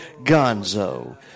Gonzo